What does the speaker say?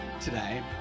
today